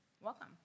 Welcome